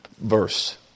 Verse